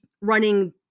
running